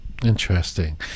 interesting